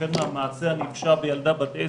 החל המעשה הנפשע בילדה בת עשר,